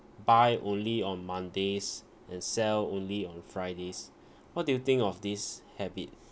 by only on mondays and sell only on fridays what do you think of this habit